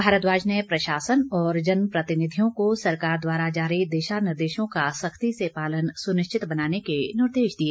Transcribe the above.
भारद्वाज ने प्रशासन और जन प्रतिनिधियों को सरकार द्वारा जारी दिशा निर्देशों का सख्ती से पालन सुनिश्चित बनाने के निर्देश दिए